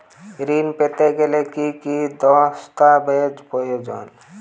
ঋণ পেতে গেলে কি কি দস্তাবেজ প্রয়োজন?